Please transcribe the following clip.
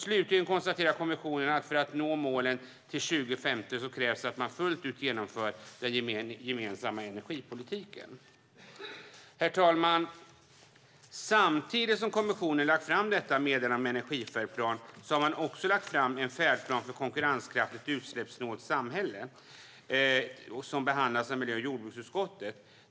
Slutligen konstaterar kommissionen att för att nå målen till 2050 krävs det att man fullt ut genomför den gemensamma energipolitiken. Herr talman! Samtidigt som kommissionen har lagt fram detta meddelande om energifärdplan har man lagt fram en färdplan för ett konkurrenskraftigt utsläppssnålt samhälle som behandlas av miljö och jordbruksutskottet.